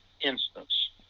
instance